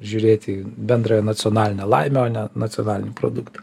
žiūrėt į bendrąją nacionalinę laimę o ne nacionalinį produktą